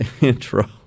intro